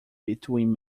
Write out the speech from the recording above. between